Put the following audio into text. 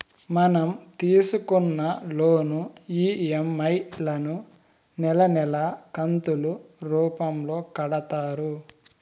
మనం తీసుకున్న loan EMI లను నెలా నెలా కంతులు రూపంలో కడతారు